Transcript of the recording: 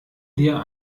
dir